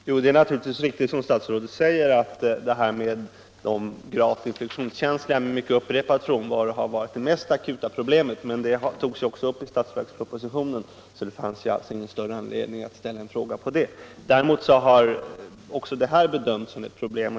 Herr talman! Det är naturligtvis riktigt som statsrådet säger att frågan om de gravt infektionskänsliga eleverna med upprepad frånvaro har varit det mest akuta problemet, men det togs ju upp i budgetpropositionen, varför det inte fanns någon större anledning att ställa en fråga om det. Men även den fråga som jag tagit upp har bedömts som ett problem.